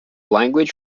language